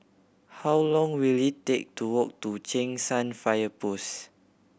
how long will it take to walk to Cheng San Fire Post